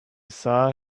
saw